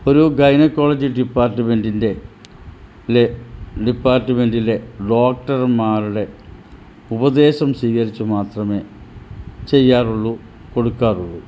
ഒരു ഗൈനക്കോളജിക് ഡിപ്പാർട്ട്മെൻ്റിൻ്റെ ലെ ഡിപ്പാർട്ട്മെൻ്റിലെ ഡോക്ടർമാരുടെ ഉപദേശം സ്വീകരിച്ചു മാത്രമേ ചെയ്യാറുള്ളൂ കൊടുക്കാറുള്ളൂ